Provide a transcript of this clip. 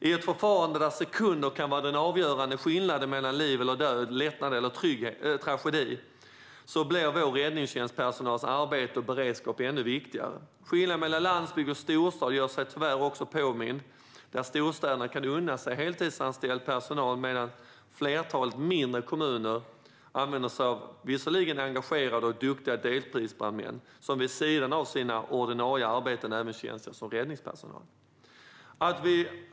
I ett förfarande där sekunder kan vara den avgörande skillnaden mellan liv eller död, lättnad eller tragedi, blir vår räddningspersonals arbete och beredskap ännu viktigare. Skillnaden mellan landsbygd och storstad gör sig tyvärr också påmind, där storstäder kan unna sig heltidsanställd personal medan flertalet mindre kommuner använder sig av - visserligen engagerade och duktiga - deltidsbrandmän som vid sidan av sina ordinarie arbeten även tjänstgör som räddningspersonal.